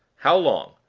how long?